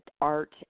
art